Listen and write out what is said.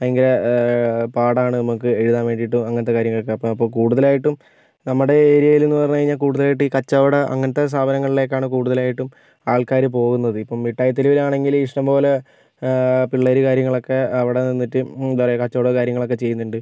ഭയങ്കര പാടാണ് നമുക്ക് എഴുതാൻ വേണ്ടിയിട്ടും അങ്ങനത്തെ കാര്യങ്ങൾക്കും അപ്പം അപ്പം കൂടുതലായിട്ടും നമ്മുടെ ഏരിയയിൽ എന്ന് പറഞ്ഞ് കഴിഞ്ഞാൽ കൂടുതലായിട്ടും ഈ കച്ചവടം അങ്ങനത്തെ സ്ഥാപനങ്ങളിലേക്കാണ് കൂടുതലായിട്ടും ആൾക്കാർ പോകുന്നത് ഇപ്പം മിഠായിത്തെരുവിലാണെങ്കിൽ ഇഷ്ടം പോലെ പിള്ളേർ കാര്യങ്ങളൊക്കെ അവിടെ നിന്നിട്ട് എന്താ പറയുക കച്ചവടമോ കാര്യങ്ങളൊക്കെ ചെയ്യുന്നുണ്ട്